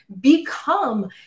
become